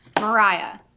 Mariah